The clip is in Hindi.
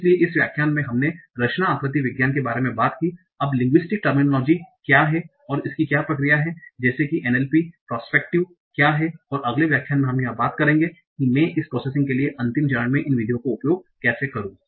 इसलिए इस व्याख्यान में हमने रचना आकृति विज्ञान के बारे में बात की अब लिंगुस्टिक टेर्मिनोलोजी linguistics terminologies भाषाविज्ञान शब्दावलियाँ क्या हैं और इसकी क्या प्रक्रिया है जैसे कि NLP प्रोस्पेक्टिव prospective परिप्रेक्ष्य क्या है और अगले व्याख्यान में हम बात करेंगे कि मैं इस प्रोसेसिंग के लिए अंतिम चरण में इन विधियों का उपयोग कैसे करूं